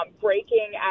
breaking